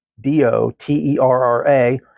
D-O-T-E-R-R-A